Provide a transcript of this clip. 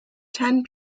ten